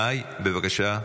מאי, בבקשה.